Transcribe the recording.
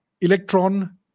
electron